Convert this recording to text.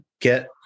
get